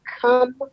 come